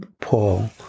Paul